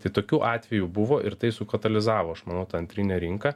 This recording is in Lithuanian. tai tokių atvejų buvo ir tai sukatalizavo aš manau tą antrinę rinką